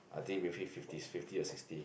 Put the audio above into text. I think maybe fifties fifty or sixty